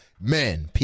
men